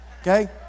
Okay